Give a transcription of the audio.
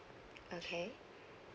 okay